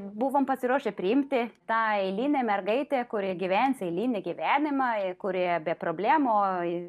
buvom pasiruošę priimti tą eilinę mergaitę kuri gyvens eilinį gyvenimą kurioje be problemų